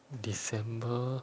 december